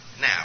Now